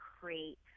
create